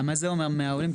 רגע, מה זה אומר 100 עולים?